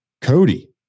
Cody